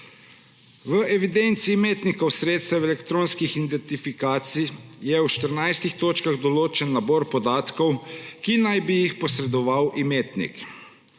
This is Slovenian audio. V evidenci imetnikov sredstev elektronskih identifikacij je v 14 točkah določen nabor podatkov, ki naj bi jih posredoval imetnik.